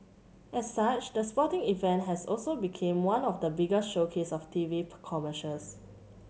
as such the sporting event has also become one of the biggest showcases of TV commercials